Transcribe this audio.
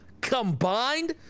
combined